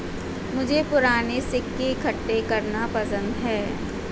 मुझे पूराने सिक्के इकट्ठे करना पसंद है